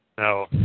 No